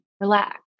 relax